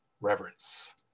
reverence